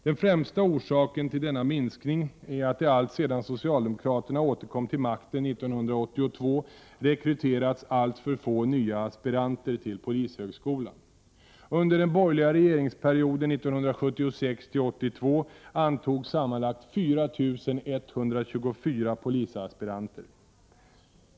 Den främsta orsaken till denna minskning är att det alltsedan socialdemokraterna återkom till makten 1982 rekryterats alltför få nya aspiranter till polishögskolan. Under den borgerliga regeringsperioden 1976-1982 antogs sammanlagt 4 124 polisaspiranter.